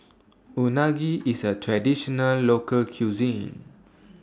Unagi IS A Traditional Local Cuisine